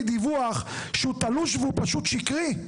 דיווח שהוא תלוש מהמציאות והוא פשוט שקרי.